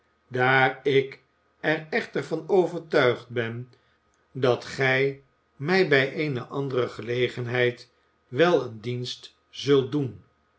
daar ik er echter van overtuigd ben dat gij mij bij eene andere gelegenheid wel een dienst zult doen